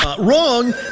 wrong